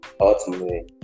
ultimately